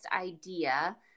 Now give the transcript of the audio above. idea